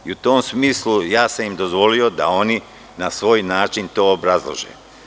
U tom smislu ja sam im dozvolio da oni na svoj način to obrazlože.